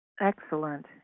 Excellent